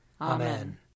Amen